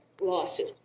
lawsuit